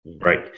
right